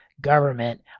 government